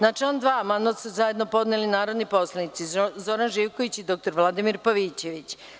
Na član 2. amandman su zajedno podneli narodni poslanici Zoran Živković i dr Vladimir Pavićević.